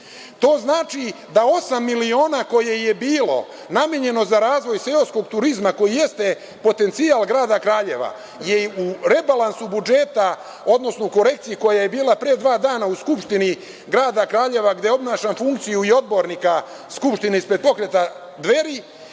To znači da osam miliona, koje je bilo namenjeno za razvoj seoskog turizma koji jeste potencijal grada Kraljeva, je u rebalansu budžeta, odnosno korekciji koja je bila pre dva dana u Skupštini grada Kraljeva, gde obavljam funkciju i odbornika Skupštine ispred Pokreta „Dveri“,